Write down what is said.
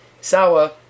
Sour